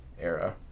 era